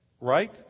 Right